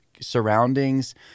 surroundings